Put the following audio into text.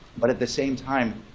but at the same time,